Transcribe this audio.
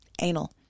Anal